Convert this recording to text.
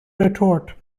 retort